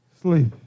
Sleep